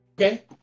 Okay